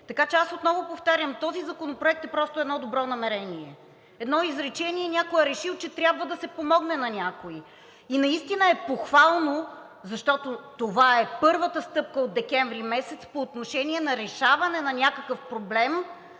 Така че аз, отново повтарям, този законопроект е просто едно добро намерение. Едно изречение и някой е решил, че трябва да се помогне на някого. И наистина е похвално, защото това е първата стъпка от декември месец по отношение на решаване на някакъв проблем